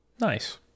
nice